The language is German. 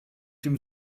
dem